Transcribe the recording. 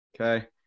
Okay